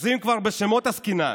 אז אם כבר בשמות עסקינן,